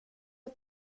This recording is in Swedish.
har